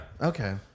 Okay